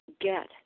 get